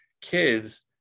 kids